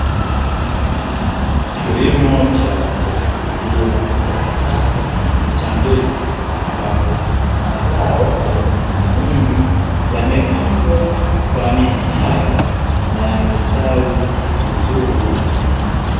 Kilimo cha teknolojia ya kisasa cha mbegu ambapo mazao aina ya mahindi, yamepandwa kwa mstari na yamestawi vizuri.